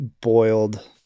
boiled